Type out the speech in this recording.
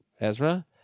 Ezra